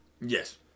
Yes